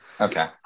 Okay